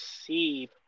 see